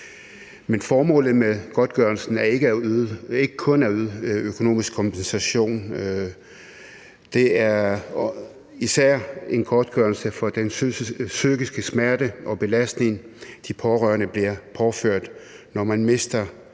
Men formålet med godtgørelsen er ikke kun at yde økonomisk kompensation; det er især en godtgørelse for den psykiske smerte og belastning, de pårørende bliver påført, når man mister